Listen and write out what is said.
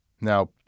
Now